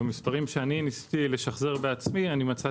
ניסיתי לשחזר בעצמי את המספרים,